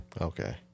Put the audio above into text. Okay